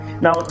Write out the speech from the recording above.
now